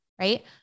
right